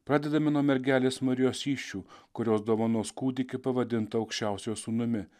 pradedame nuo mergelės marijos įsčių kurios dovanos kūdikį pavadinta aukščiausiojo sūnumi